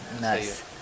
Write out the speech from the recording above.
Nice